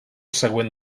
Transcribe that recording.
següent